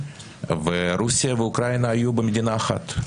רוסיה ואוקראינה היו במדינה אחת.